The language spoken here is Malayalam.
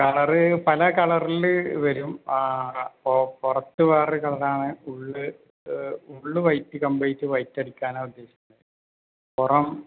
കളറ് പല കളറിൽ വരും അപ്പോൾ പുറത്ത് വേറൊരു കളറ് ആണ് ഉള്ള് ഉള്ള് വൈറ്റ് കമ്പ്ലീറ്റ് വൈറ്റ് അടിക്കാനാണ് ഉദ്ദേശിക്കുന്നത് പുറം